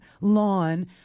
lawn